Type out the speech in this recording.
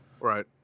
Right